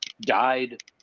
died